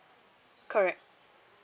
correct